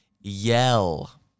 yell